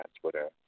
Twitter